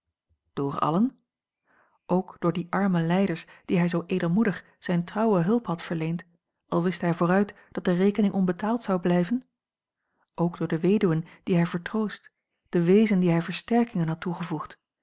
door allen ook door die arme lijders die hij zoo edelmoedig zijne trouwe hulp had verleend al wist hij vooruit dat de rekening onbetaald zou blijven ook door de weduwen die hij vertroost de weezen die hij versterkingen had toegevoegd